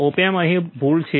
ઓપ amp અહીં ભૂલ છે